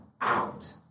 out